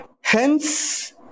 hence